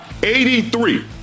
83